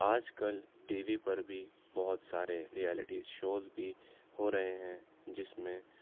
آج کل TV پر بھی بہت سارے ریالیٹی شوز بھی ہو رہے ہیں جس میں